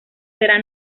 será